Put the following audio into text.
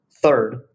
Third